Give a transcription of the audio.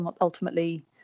ultimately